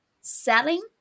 Selling